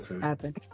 happen